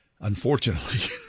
unfortunately